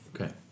Okay